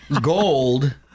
Gold